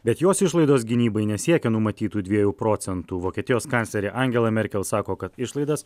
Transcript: bet jos išlaidos gynybai nesiekia numatytų dviejų procentų vokietijos kanclerė angela merkel sako kad išlaidas